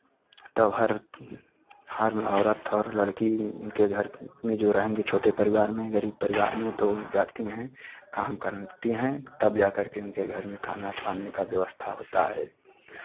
तो हर हर औरत और लड़की उनके घर में जो रहेंगी छोटे परिवार में गरीब परिवार में तो जाती हैं काम करती हैं तब जाकर के उनके घर में खाना पानी का व्यवस्था होता है